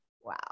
Wow